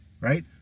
right